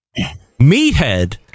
Meathead